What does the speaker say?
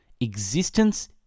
Existence